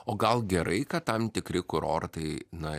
o gal gerai kad tam tikri kurortai na